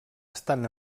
estan